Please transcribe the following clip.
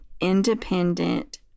independent